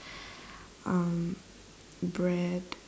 um bread